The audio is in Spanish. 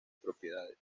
propiedades